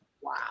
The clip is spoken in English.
Wow